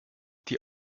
die